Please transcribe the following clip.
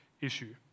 issue